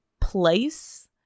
place